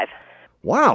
Wow